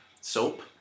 Soap